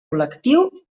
col·lectiu